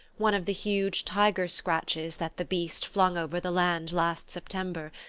one of the huge tiger-scratches that the beast flung over the land last september,